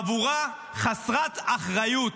חבורה חסרת אחריות,